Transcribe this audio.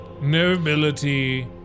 Nobility